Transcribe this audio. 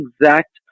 exact